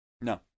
No